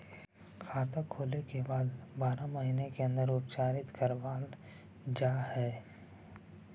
खाता खोले के बाद बारह महिने के अंदर उपचारित करवावल जा है?